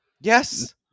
Yes